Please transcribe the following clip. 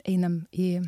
einam į